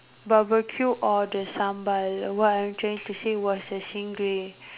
barbecue or the sambal what I'm trying to say was the stingray